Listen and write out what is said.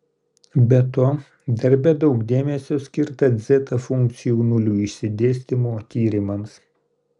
be to darbe daug dėmesio skirta dzeta funkcijų nulių išsidėstymo tyrimams